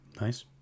Nice